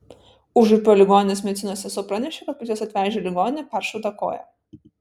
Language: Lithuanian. užupio ligoninės medicinos sesuo pranešė kad pas juos atvežę ligonį peršauta koja